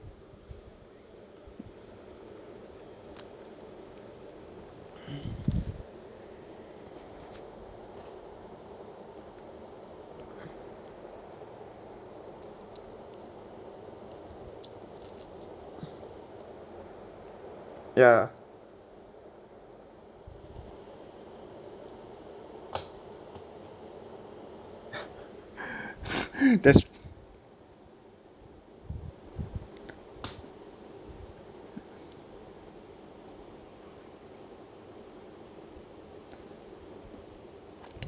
ya that's